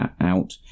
out